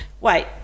wait